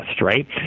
right